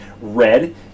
Red